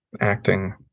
acting